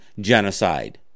genocide